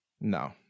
No